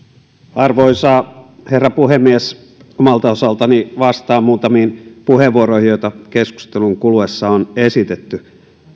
arvoisa herra puhemies omalta osaltani vastaan muutamiin puheenvuoroihin joita keskustelun kuluessa on esitetty